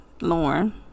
Lauren